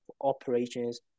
operations